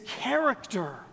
character